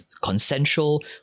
consensual